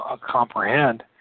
comprehend